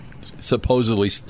supposedly